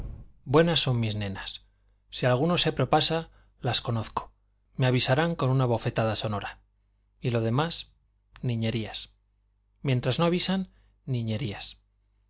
buenas son mis nenas si alguno se propasa las conozco me avisarán con una bofetada sonora y lo demás niñerías mientras no avisan niñerías